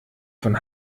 von